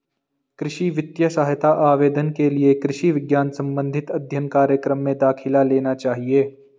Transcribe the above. कृषि वित्तीय सहायता आवेदन के लिए कृषि विज्ञान संबंधित अध्ययन कार्यक्रम में दाखिला लेना चाहिए